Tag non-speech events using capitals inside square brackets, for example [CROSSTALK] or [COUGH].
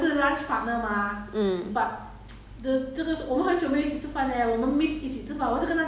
几时回来 [LAUGHS] mm